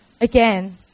Again